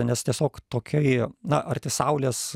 nes tiesiog tokioj na arti saulės